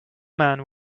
men